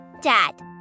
Dad